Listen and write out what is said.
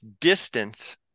distance